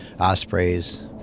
ospreys